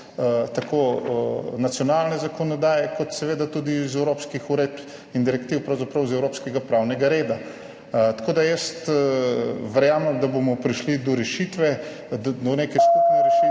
tako iz nacionalne zakonodaje kot seveda tudi iz evropskih uredb in direktiv, pravzaprav iz evropskega pravnega reda. Tako da verjamem, da bomo prišli do neke skupne rešitve